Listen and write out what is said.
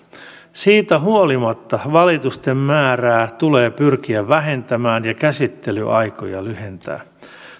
siitä huolimatta valitusten määrää tulee pyrkiä vähentämään ja käsittelyaikoja lyhentämään